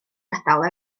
gadael